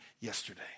yesterday